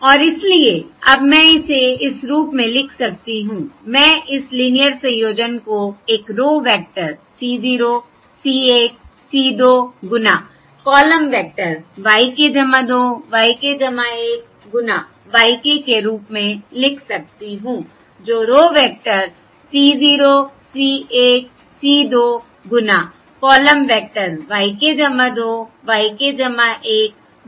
और इसलिए अब मैं इसे इस रूप में लिख सकती हूं मैं इस लीनियर संयोजन को एक row vector C 0 C 1 C 2 गुना कॉलम वेक्टर yk 2 yk 1 गुना yk के रूप में लिख सकती हूं जो row vector C 0 C 1 C 2 गुना कॉलम वेक्टर yk 2 yk 1 गुना y k है